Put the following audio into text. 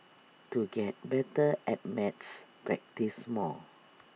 to get better at maths practise more